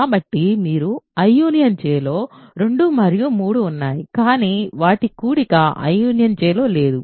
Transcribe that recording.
కాబట్టి మీకు I J లో 2 మరియు 3 ఉన్నాయి కానీ వాటి కూడిక I J లో లేదు